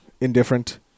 Indifferent